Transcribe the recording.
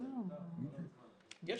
אני אעביר.